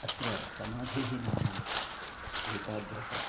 अत्र समाधिः नाम एकाग्रता